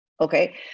Okay